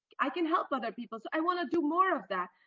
i can help other people. i want to do more of that.